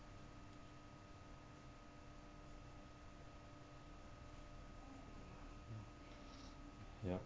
yup